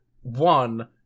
one